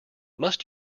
must